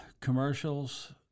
commercials